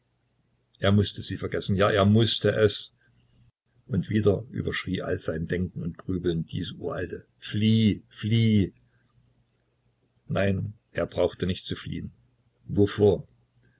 er mußte sie vergessen ja er mußte es und wieder überschrie all sein denken und grübeln dies uralte flieh flieh nein er brauchte nicht zu fliehen wovor